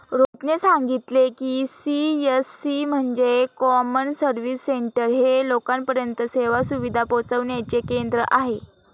रोहितने सांगितले की, सी.एस.सी म्हणजे कॉमन सर्व्हिस सेंटर हे लोकांपर्यंत सेवा सुविधा पोहचविण्याचे केंद्र आहे